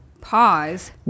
pause